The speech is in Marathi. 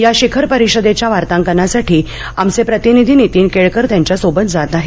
या शिखर परिषदेच्या वार्तांकनासाठी आमचे प्रतिनिधी नितीन केळकर त्यांच्या सोबत जात आहेत